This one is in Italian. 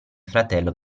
fratello